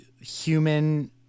human